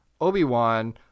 Obi-Wan